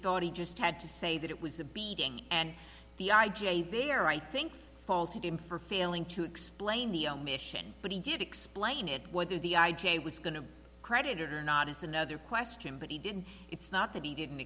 thought he just had to say that it was a beating and the i j a there i think faulted him for failing to explain the omission but he did explain it whether the i j a was going to creditor not is another question but he didn't it's not that he didn't